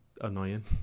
annoying